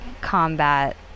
combat